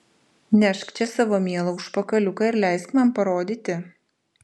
nešk čia savo mielą užpakaliuką ir leisk man parodyti